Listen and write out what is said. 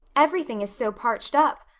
everything is so parched up.